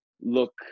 look